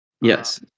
Yes